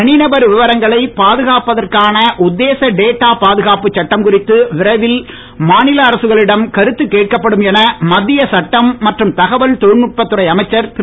தனிநபர் விவரங்களை பாதுகாப்பதற்கான உத்தேச டேட்டா பாதுகாப்பு சட்டம் குறித்து விரைவில் மாநில அரசுகளிடம் கருத்து கேட்கப்படும் என மத்திய சட்டம் மற்றும் தகவல் தொழில்நுட்பத்துறை அமைச்சர் திரு